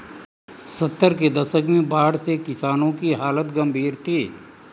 सत्तर के दशक में बाढ़ से किसानों की हालत गंभीर थी